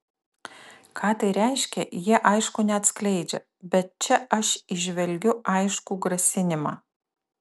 ką tai reiškia jie aišku neatskleidžia bet čia aš įžvelgiu aiškų grasinimą